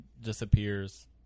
disappears